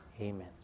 Amen